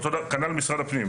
כנ"ל משרד הפנים.